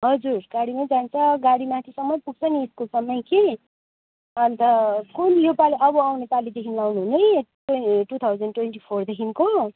हजुर गाडीमै जान्छ गाडी माथिसम्म पुग्छ नि स्कुलसम्मै कि अन्त कुन योपालि अब आउनेपालिदेखि लाउनु हुने टू थाउजन ट्वेन्टी फोरदेखिको